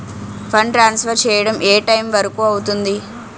Fund transfer చేయడం ఏ time వరుకు అవుతుంది?